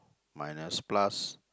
minus plus